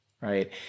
right